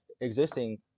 existing